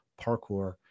parkour